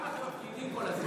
למה אתם מפחידים כל הזמן?